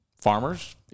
farmers